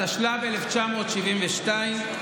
התשל"ב 1972,